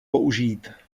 použít